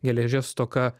geležies stoka